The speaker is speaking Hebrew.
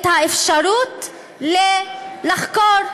אפשרות לחקור.